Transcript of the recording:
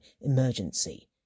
emergency